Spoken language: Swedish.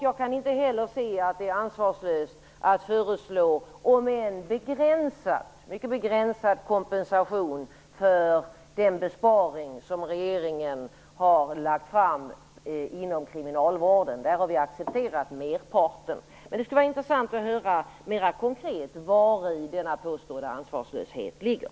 Jag kan inte se att det är ansvarslöst att föreslå en, om än begränsad, kompensation för den besparing som regeringen har lagt ut inom kriminalvården. Där har vi accepterat merparten. Det skulle vara intressant att höra mera konkret vari denna påstådda ansvarslöshet ligger.